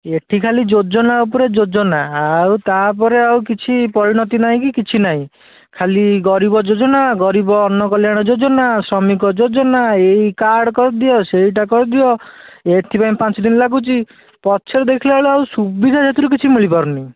ଏଠି ଖାଲି ଯୋଜନା ଉପରେ ଯୋଜନା ଆଉ ତା'ପରେ ଆଉ କିଛି ପରିଣତି ନାହିଁ କି କିଛି ନାହିଁ ଖାଲି ଗରିବ ଯୋଜନା ଗରିବ ଅର୍ଣ୍ଣ କଲ୍ୟାଣ ଯୋଜନା ଶ୍ରମିକ ଯୋଜନା ଏଇ କାର୍ଡ଼୍ କରିଦିଅ ସେଇଟା କରିଦିଅ ଏଥିପାଇଁ ପାଞ୍ଚ ଦିନ ଲାଗୁଛି ପଛରେ ଦେଖିଲା ବେଳକୁ ଆଉ ସୁବିଧା ସେଥିରୁ କିଛି ମିଳିପାରୁନି